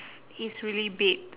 it's really big